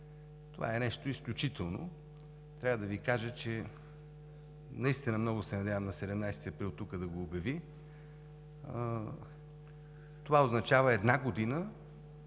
Това е нещо изключително! Трябва да Ви кажа, че наистина много се надявам на 17 април тук да го обяви. Това означава една година